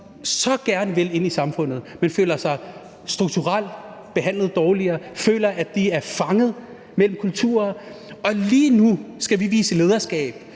så gerne vil ind i samfundet, men som føler sig strukturelt dårligere behandlet, og som føler, at de er fanget mellem forskellige kulturer. Og lige nu skal vi vise lederskab.